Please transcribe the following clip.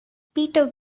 peter